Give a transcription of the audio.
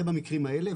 זה במקרים האלה,